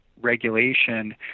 regulation